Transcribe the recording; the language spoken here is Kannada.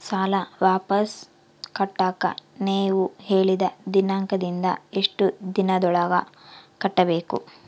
ಸಾಲ ವಾಪಸ್ ಕಟ್ಟಕ ನೇವು ಹೇಳಿದ ದಿನಾಂಕದಿಂದ ಎಷ್ಟು ದಿನದೊಳಗ ಕಟ್ಟಬೇಕು?